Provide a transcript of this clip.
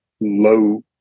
low